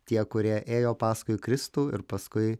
tie kurie ėjo paskui kristų ir paskui